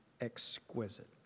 exquisite